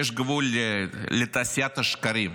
יש גבול לתעשיית השקרים.